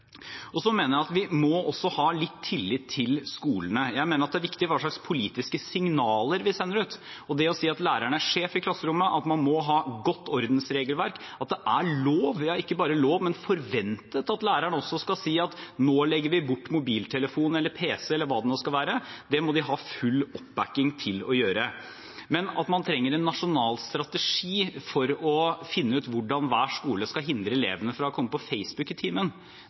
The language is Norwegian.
mener at vi også må ha litt tillit til skolene. Jeg mener at det er viktig hva slags politiske signaler vi sender ut. Det å si at læreren er sjef i klasserommet, at man må ha godt ordensregelverk, at det er lov – ja, ikke bare lov, men forventet – at læreren også kan si at nå legger vi bort mobiltelefon, pc eller hva det nå måtte være, må man få full oppbacking til å gjøre. Men at man trenger en nasjonal strategi for å finne ut hvordan hver skole skal hindre elevene i å komme på Facebook i